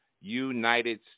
united